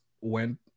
went